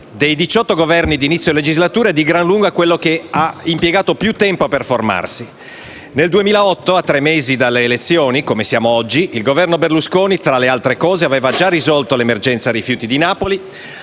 diciotto Governi di inizio legislatura è di gran lunga quello che ha impiegato più tempo per formarsi. Nel 2008, a tre mesi dalle elezioni, come siamo oggi, il Governo Berlusconi, tra le altre cose, aveva già risolto l'emergenza rifiuti di Napoli,